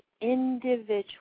individual